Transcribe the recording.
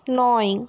নয়